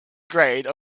grade